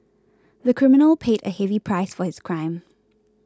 the criminal paid a heavy price for his crime